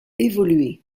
évoluer